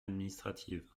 administrative